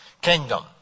kingdom